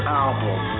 album